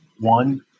One